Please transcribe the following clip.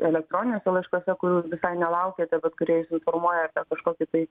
elektroniniuose laiškuose kurių visai nelaukėte bet kurie jus informuoja apie kažkokį tai